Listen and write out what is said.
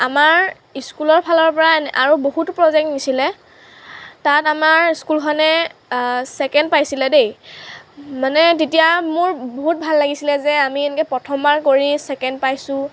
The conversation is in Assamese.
আমাৰ স্কুলৰ ফালৰ পৰা আৰু বহুতো প্ৰজেক্ট নিছিলে তাত আমাৰ স্কুলখনে ছেকেণ্ড পাইছিলে দেই মানে তেতিয়া মোৰ বহুত ভাল লাগিছিলে যে আমি এনেকৈ প্ৰথমবাৰ কৰি ছেকেণ্ড পাইছোঁ